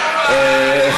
אדוני היושב-ראש.